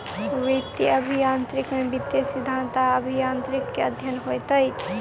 वित्तीय अभियांत्रिकी में वित्तीय सिद्धांत आ अभियांत्रिकी के अध्ययन होइत अछि